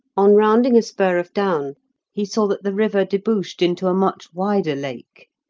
on rounding a spur of down he saw that the river debouched into a much wider lake,